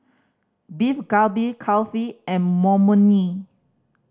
Beef Galbi Kulfi and Imoni